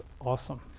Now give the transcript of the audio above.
awesome